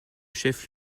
chef